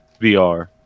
VR